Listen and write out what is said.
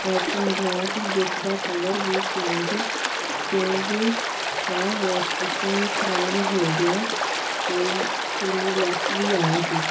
app ਤੋਂ ਮੰਗਵਾਇਆ ਸੀ ਜਿਸ ਦਾ ਕਲਰ ਵੀ ਚੇਂਜ ਚੇਂਜ ਹੈ ਵੋਸ਼ ਕੀਤਿਆਂ ਵੀ ਖ਼ਰਾਬ ਹੋ ਗਿਆ ਅਤੇ ਸਲੀਵਲੈੱਸ ਵੀ ਆਇਆ ਸੀ